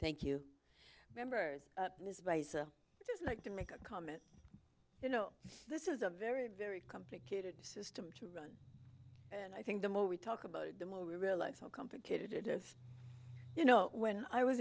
thank you members it is like to make a comment you know this is a very very complicated system and i think the more we talk about it the more we realize how complicated it is you know when i was